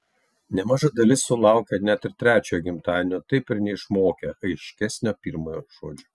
nemaža dalis sulaukia net ir trečiojo gimtadienio taip ir neišmokę aiškesnio pirmojo žodžio